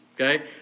okay